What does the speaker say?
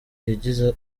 yagize